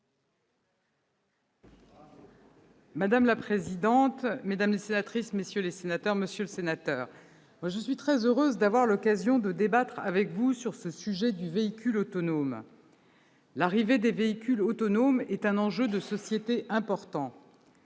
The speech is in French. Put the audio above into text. Madame la présidente, mesdames les sénatrices, messieurs les sénateurs, je suis très heureuse d'avoir l'occasion de débattre avec vous sur le sujet du véhicule autonome. L'arrivée des véhicules autonomes est un enjeu de société important.